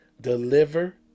deliver